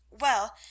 Well